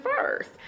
first